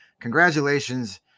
congratulations